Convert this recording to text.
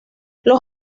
los